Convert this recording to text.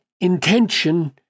intention